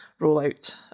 rollout